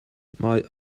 mae